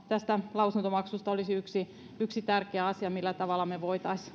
tästä lausuntomaksusta olisi yksi yksi tärkeä asia millä tavalla me voisimme